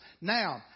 Now